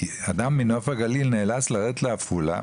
שאדם מנוף הגליל נאלץ לרדת לעפולה,